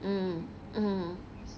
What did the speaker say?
mm mm